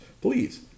Please